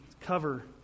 cover